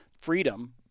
freedom